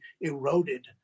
eroded